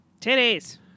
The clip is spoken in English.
Titties